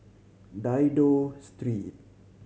Dido Street